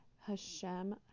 Hashem